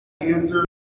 answer